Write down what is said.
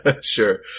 Sure